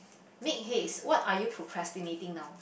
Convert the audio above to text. make haste what are you procrastinating now